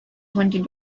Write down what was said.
twenty